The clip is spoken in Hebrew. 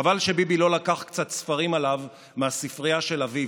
חבל שביבי לא לקח קצת ספרים עליו מהספרייה של אביו,